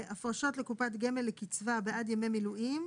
הפרשות לקופת גמל לקצבה בעד ימי מילואים,